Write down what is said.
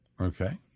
Okay